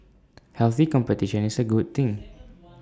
healthy competition is A good thing